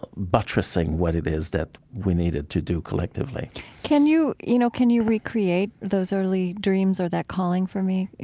buttressing what it is that we needed to do collectively can you, you know, can you recreate those early dreams or that calling for me?